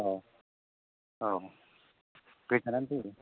अ' औ गोजानानो जायो